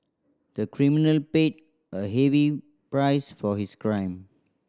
the criminal paid a heavy price for his crime